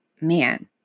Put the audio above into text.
man